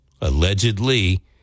allegedly